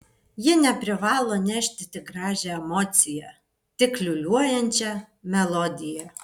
ji neprivalo nešti tik gražią emociją tik liūliuojančią melodiją